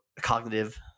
cognitive